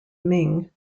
ming